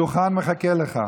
אופיר כץ, הדוכן מחכה לך.